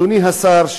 אדוני השר,